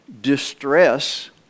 distress